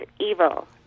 Evil